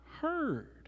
heard